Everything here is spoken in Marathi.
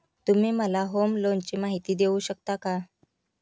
तुम्ही मला होम लोनची माहिती देऊ शकता का?